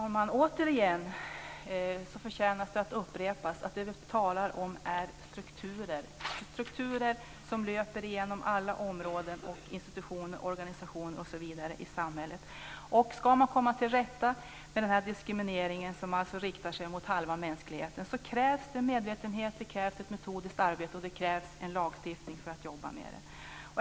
Herr talman! Det förtjänar att återigen upprepas att det som vi talar om är strukturer som löper genom alla områden, institutioner, organisationer osv. i samhället. Ska man komma till rätta med den här diskrimineringen, som alltså riktar sig mot halva mänskligheten, krävs det medvetenhet, ett metodiskt arbete och en lagstiftning att utgå från.